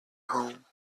home